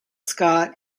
scott